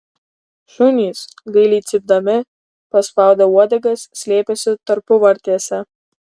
šunys gailiai cypdami paspaudę uodegas slėpėsi tarpuvartėse